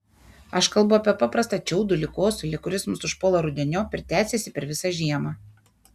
aš kalbu apie paprastą čiaudulį kosulį kuris mus užpuola rudeniop ir tęsiasi per visą žiemą